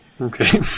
okay